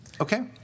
Okay